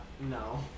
No